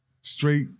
straight